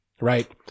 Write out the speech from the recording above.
right